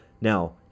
now